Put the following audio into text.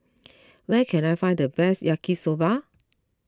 where can I find the best Yaki Soba